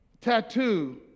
tattoo